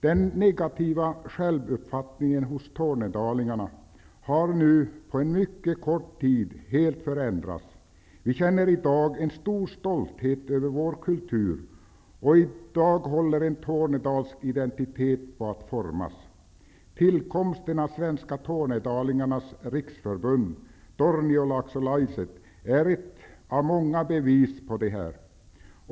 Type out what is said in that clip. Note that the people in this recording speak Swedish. Den negativa självuppfattningen hos tornedalingarna har nu på en mycket kort tid helt förändrats. Vi känner i dag en stor stolthet över vår kultur, och nu håller en tornedalsk identitet på att formas. Tillkomsten av Svenska Tornedalingarnas Riksförbund-Torniolaksolaiset är ett av många bevis på detta.